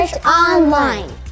online